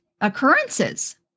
occurrences